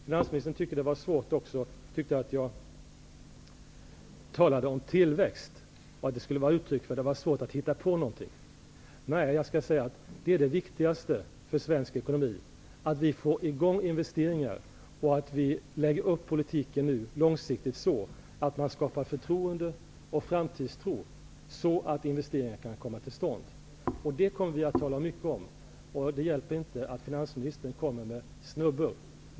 Finansministern tyckte att mitt tal om tillväxt var uttryck för att jag har svårt att hitta på någonting. Nej, jag vill säga att det viktigaste för svensk ekonomi är att vi får i gång investeringar och nu långsiktigt lägger upp politiken så, att det skapas förtroende och framtidstro som kan leda till att investeringar kommer till stånd. Detta kommer vi att tala mycket om, och det hjälper inte att finansministern kommer med snubbor.